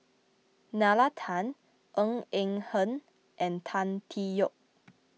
Nalla Tan Ng Eng Hen and Tan Tee Yoke